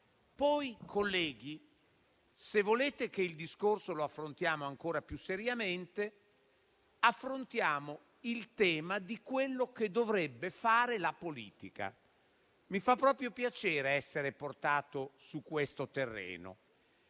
Poi, colleghi, se volete che il discorso lo affrontiamo ancora più seriamente, discutiamo di quello che dovrebbe fare la politica. Mi fa proprio piacere essere portato su questo terreno.